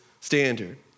standard